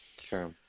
Sure